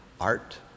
art